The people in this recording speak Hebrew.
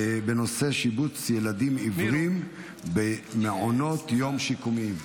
בנושא: שיבוץ ילדים עיוורים במעונות יום שיקומיים.